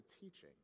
teaching